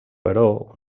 però